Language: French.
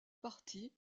partie